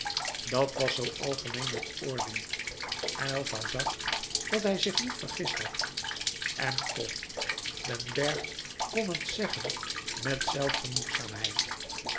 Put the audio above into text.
dat was zoo algemeen het oordeel aylva zag dat hij zich niet vergist louis couperus metamorfoze had en toch den bergh kon het zeggen met